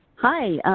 hi.